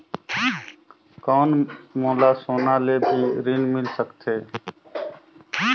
कौन मोला सोना ले भी ऋण मिल सकथे?